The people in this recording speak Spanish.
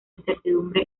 incertidumbre